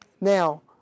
now